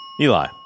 Eli